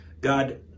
God